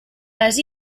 les